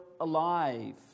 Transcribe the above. alive